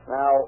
Now